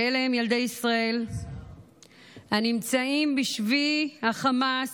ואלה הם ילדי ישראל הנמצאים בשבי החמאס,